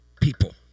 people